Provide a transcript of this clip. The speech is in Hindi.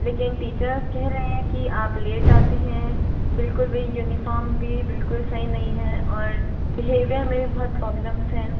लेकिन टीचर्स कह रहे हैं कि आप लेट आते है बिल्कुल भी यूनिफ़ॉर्म भी बिल्कुल सही नहीं है और बिहेवियर में बहुत प्रॉब्लम्स हैं